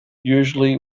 usually